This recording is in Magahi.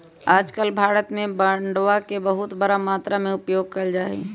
आजकल भारत में बांडवा के बहुत बड़ा मात्रा में उपयोग कइल जाहई